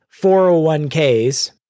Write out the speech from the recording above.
401ks